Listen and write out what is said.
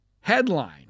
headline